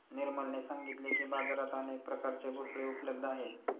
निर्मलने सांगितले की, बाजारात अनेक प्रकारचे भोपळे उपलब्ध आहेत